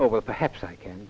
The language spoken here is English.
over perhaps i can